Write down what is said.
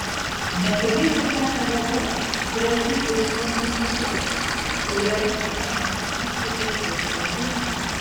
netoliese teka lėvuo graži ir srauni upė kurioje visada nuostabiai švarus vanduo